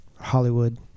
Hollywood